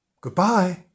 Goodbye